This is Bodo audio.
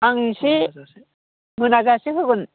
आं इसे मोनाजासे होगोन